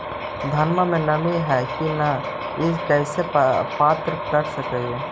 धनमा मे नमी है की न ई कैसे पात्र कर हू?